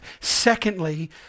Secondly